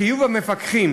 חיוב המפקחים